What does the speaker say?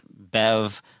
Bev